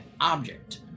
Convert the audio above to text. object